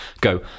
go